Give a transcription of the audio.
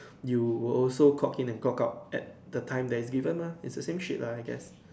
you will also clock in clock out at the time that is given mah is the same shit I guess